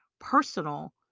personal